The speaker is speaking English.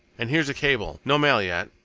and here's a cable. no mail yet.